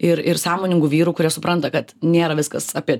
ir ir sąmoningų vyrų kurie supranta kad nėra viskas apie